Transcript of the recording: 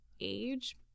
age